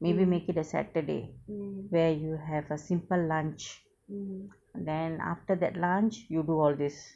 maybe make it a saturday where you have a simple lunch then after that lunch you do all these